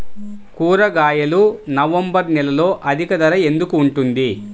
కూరగాయలు నవంబర్ నెలలో అధిక ధర ఎందుకు ఉంటుంది?